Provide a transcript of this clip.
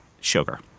sugar